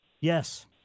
Yes